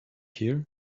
here